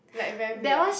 like very weird